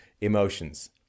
emotions